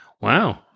Wow